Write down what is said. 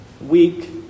week